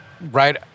Right